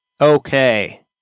Okay